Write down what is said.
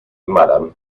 madam